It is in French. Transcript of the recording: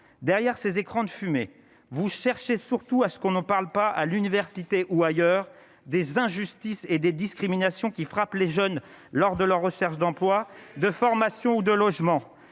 derrière ces écrans de fumée, vous cherchez surtout à ce qu'on en parle pas, à l'université ou ailleurs, des injustices et des discriminations qui frappent les jeunes lors de leur recherche d'emploi, de formation ou de logement,